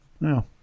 No